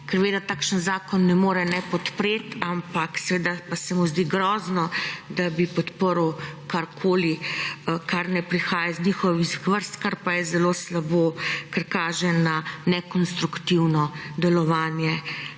Ker ve, da takšen zakon ne more ne podpreti, ampak seveda pa se mu zdi grozno, da bi podprl karkoli, kar ne prihaja iz njihovih vrst, kar pa je zelo slabo, ker kaže na nekonstruktivno delovanje